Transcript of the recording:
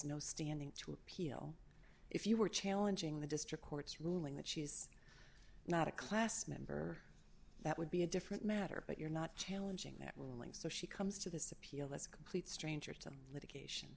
no standing to appeal if you were challenging the district court's ruling that she is not a class member that would be a different matter but you're not challenging that ruling so she comes to this appeal that's a complete stranger